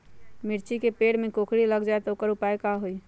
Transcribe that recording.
मिर्ची के पेड़ में कोकरी लग जाये त वोकर उपाय का होई?